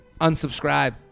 unsubscribe